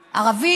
הערבית,